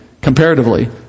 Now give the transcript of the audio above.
comparatively